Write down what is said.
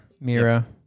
Mira